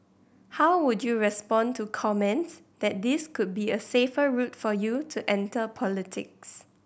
how would you respond to comments that this could be a safer route for you to enter politics